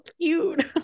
cute